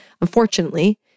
unfortunately